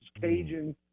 Cajun